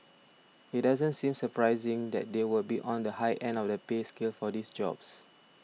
it doesn't seem surprising that they would be on the high end of the pay scale for these jobs